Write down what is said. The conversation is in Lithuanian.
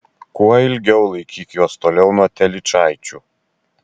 kuo ilgiau laikyk juos toliau nuo telyčaičių